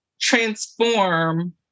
transform